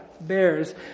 bears